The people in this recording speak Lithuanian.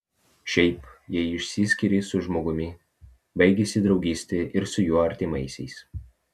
šiaip jei išsiskiri su žmogumi baigiasi draugystė ir su jo artimaisiais